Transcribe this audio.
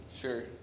Sure